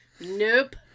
Nope